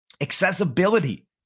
Accessibility